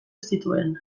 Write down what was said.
zituen